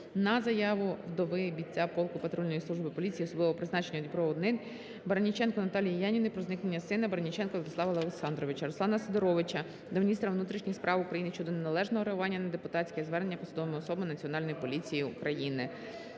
патрульної служби поліції особливого призначення "Дніпро-1", Бараніченко Наталії Яківни про зникнення сина, Бараніченка Владислава Олександровича. Руслана Сидоровича до міністра внутрішніх справ України щодо неналежного реагування на депутатське звернення посадовими особами Національної поліції України.